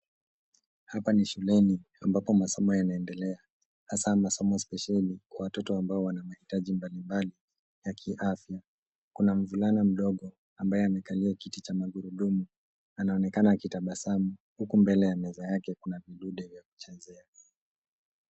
Hapa ni shuleni ambapo masomo yanaendelea hasa masomo spesheli kwa watoto ambao wana mahitaji mbalimbali ya kiafya, kuna mvulana mdogo ambaye amekalia kiti cha magurudumu anaonekana akitabasamu.